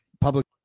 public